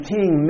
King